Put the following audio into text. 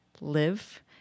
live